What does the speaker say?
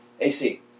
AC